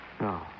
No